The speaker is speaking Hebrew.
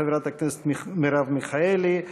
חברת הכנסת מרב מיכאלי,